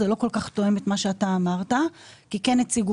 זה לא כל כך תואם את מה שאתה אמרת כי כן הציגו